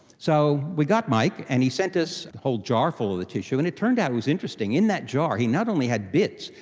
so we got mike and he sent us a whole jar full of the tissue, and it turned out, it was interesting, in that jar he not only had bits,